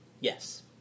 Yes